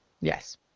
Yes